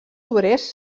obrers